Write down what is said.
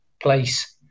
place